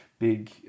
big